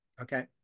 Okay